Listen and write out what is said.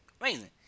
Amazing